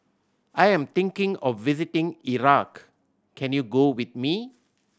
I am thinking of visiting Iraq can you go with me